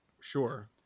Sure